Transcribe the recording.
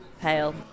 Pale